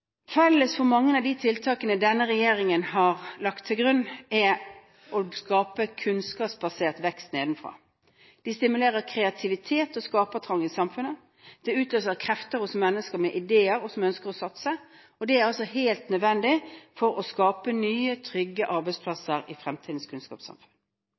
Felles for mange av de tiltakene denne regjeringen har lagt til grunn, er å skape kunnskapsbasert vekst nedenfra. Vi stimulerer kreativitet og skapertrang i samfunnet. Det utløser krefter hos mennesker med ideer og som ønsker å satse, og det er helt nødvendig for å skape nye, trygge arbeidsplasser i fremtidens kunnskapssamfunn.